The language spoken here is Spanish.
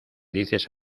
dices